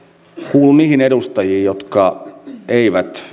kuulun niihin edustajiin jotka eivät